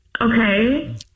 Okay